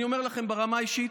אני אומר לכם ברמה האישית,